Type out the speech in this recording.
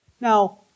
Now